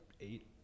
eight